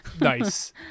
nice